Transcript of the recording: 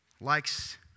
likes